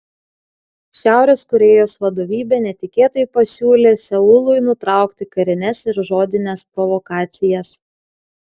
šiaurės korėjos vadovybė netikėtai pasiūlė seului nutraukti karines ir žodines provokacijas